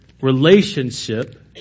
relationship